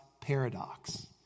paradox